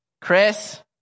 Chris